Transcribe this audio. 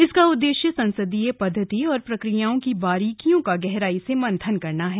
इसका उदेश्य संसदीय पद्धति और प्रक्रियाओं की बारीकियों का गहराई से मंथन करना है